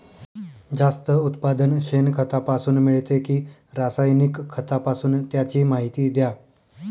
जास्त उत्पादन शेणखतापासून मिळते कि रासायनिक खतापासून? त्याची माहिती द्या